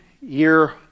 year